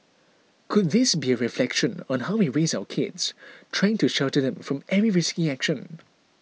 could this be a reflection on how we raise our kids trying to shelter them from every risky action